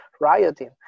rioting